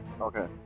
Okay